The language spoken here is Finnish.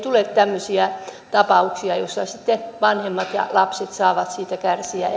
tule tämmöisiä tapauksia joissa sitten vanhemmat ja lapset saavat siitä kärsiä